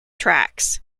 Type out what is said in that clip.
tracks